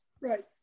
Right